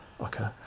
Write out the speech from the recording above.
Okay